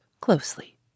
closely